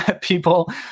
people